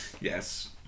yes